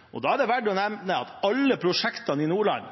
investeringer. Da er det verdt å nevne at alle prosjektene i Nordland